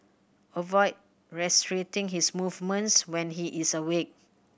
avoid restricting his movements when he is awake